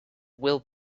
will